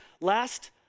Last